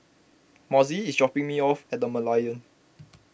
Mossie is dropping me off at the Merlion